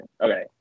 Okay